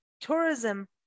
tourism